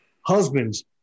husbands